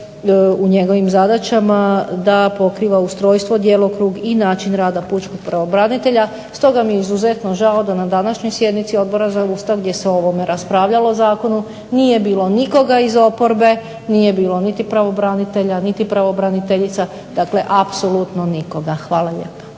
u njegovim zadaćama da pokriva ustrojstvo, djelokrug i način rada pučkog pravobranitelja. Stoga mi je izuzetno žao da na današnjoj sjednici Odbora za Ustav gdje se o ovome raspravljalo o zakonu nije bilo nikoga iz oporbe, nije bilo niti pravobranitelja niti pravobraniteljica, dakle apsolutno nikoga. Hvala lijepa.